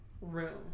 room